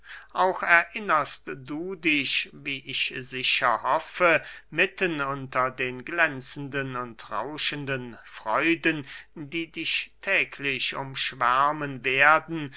auch erinnerst du dich wie ich sicher hoffe mitten unter den glänzenden und rauschenden freuden die dich täglich umschwärmen werden